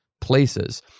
places